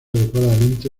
adecuadamente